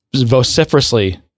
vociferously